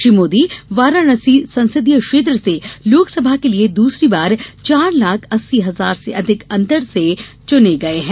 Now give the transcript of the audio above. श्री मोदी वाराणसी संसदीय क्षेत्र से लोकसभा के लिए दूसरी बार चार लाख अस्सी हजार से अधिक अंतर से चुने गए हैं